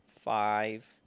five